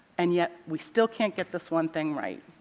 and yet we still can't get this one thing right.